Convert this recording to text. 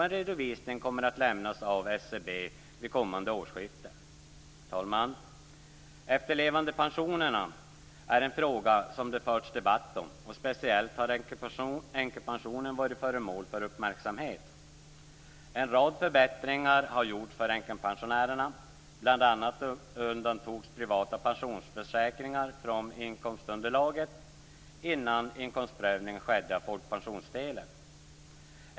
En redovisning kommer att lämnas av SCB vid kommande årsskifte. Herr talman! Efterlevandepensionerna är en fråga som det har förts debatt om. Speciellt änkepensionen har varit föremål för uppmärksamhet. En rad förbättringar har gjorts för änkepensionärerna. Bl.a. undantogs privata pensionsförsäkringar från inkomstunderlaget innan inkomstprövning skedde av folkpensionsdelen.